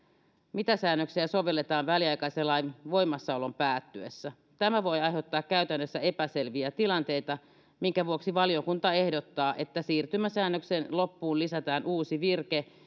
mitä säännöksiä sovelletaan väliaikaisen lain voimassaolon päättyessä tämä voi aiheuttaa käytännössä epäselviä tilanteita minkä vuoksi valiokunta ehdottaa että siirtymäsäännöksen loppuun lisätään uusi virke